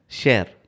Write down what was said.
share